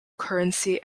currency